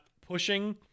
pushing